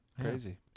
crazy